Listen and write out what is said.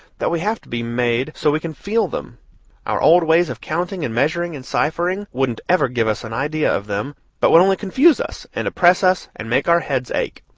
that we have to be made so we can feel them our old ways of counting and measuring and ciphering wouldn't ever give us an idea of them, but would only confuse us and oppress us and make our heads ache.